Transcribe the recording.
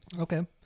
Okay